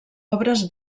obres